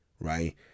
right